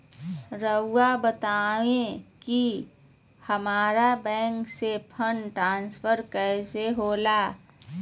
राउआ बताओ कि हामारा बैंक से फंड ट्रांसफर कैसे होला?